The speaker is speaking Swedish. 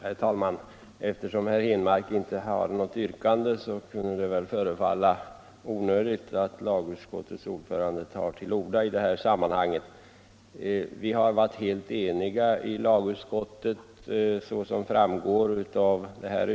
Herr talman! Eftersom herr Henmark inte framställde något yrkande förefaller det kanske onödigt att lagutskottets ordförande tar till orda. Vi har varit helt eniga i utskottet, vilket framgår av vårt betänkande.